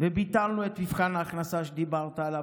וביטלנו את מבחן ההכנסה שדיברת עליו,